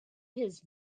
his